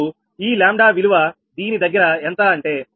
4 ఈ 𝜆 విలువ దీని దగ్గర ఎంత అంటే73